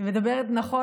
אם מדברת נכון,